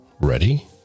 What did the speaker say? Ready